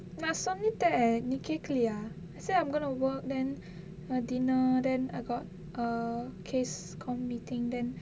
நா சொல்லிட்டேன் நீ கேக்கலயா:naa sollittaen nee kekalayaa so I'm gonna work then a dinner then I got a case committee meeting then